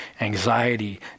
anxiety